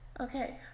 Okay